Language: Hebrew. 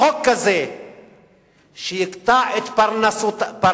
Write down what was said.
וחוק כזה שיקטע את פרנסתם